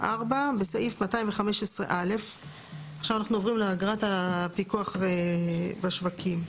אנחנו עוברים לאגרת הפיקוח בשווקים.